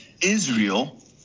Israel